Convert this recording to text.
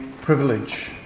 privilege